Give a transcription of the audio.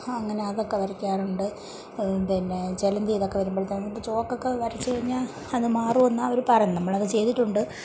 അങ്ങന അതൊക്കെ വരയ്ക്കാറുണ്ട് പിന്നെ ചിലന്തി ഇതൊക്കെ വരുമ്പോഴത്തേക്ക് ഇത് ചോക്കൊക്കെ വരച്ച് കഴിഞ്ഞാൽ അത് മാറുമെന്നാണ് അവർ പറയുന്നത് നമ്മളത് ചെയ്തിട്ടുണ്ട്